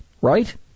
right